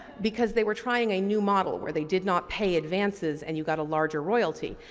because they were trying a new model where they did not pay advances and you got a larger royalty.